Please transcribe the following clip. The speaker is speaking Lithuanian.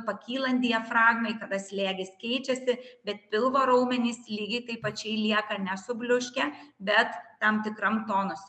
pakylant diafragmai kada slėgis keičiasi bet pilvo raumenys lygiai taip pačiai lieka ne subliuškę bet tam tikram tonose